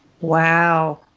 Wow